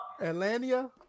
Atlanta